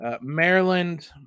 Maryland